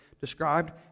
described